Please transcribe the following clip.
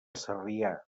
sarrià